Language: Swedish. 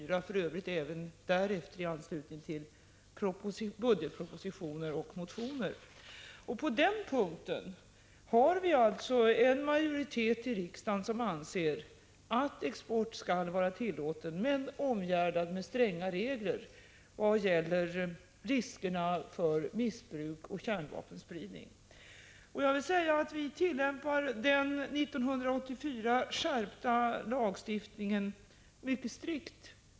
Frågan har för övrigt behandlats även därefter, i anslutning till budgetpropositioner och motioner. På den punkten har vi alltså en majoritet i riksdagen som anser att export skall vara tillåten men omgärdad med stränga regler vad gäller riskerna för missbruk och kärnvapenspridning. Jag vill säga att vi tillämpar den år 1984 skärpta lagstiftningen mycket strikt.